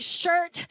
shirt